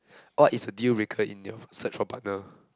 orh is a deal breaker in your search for partner